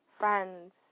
Friends